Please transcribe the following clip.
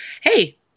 hey